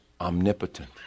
omnipotent